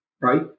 Right